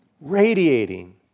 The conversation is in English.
radiating